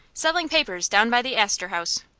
selling papers down by the astor house.